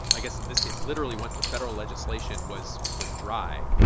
i guess in this case, literally, once the federal legislation was was dry,